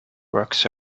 works